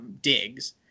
digs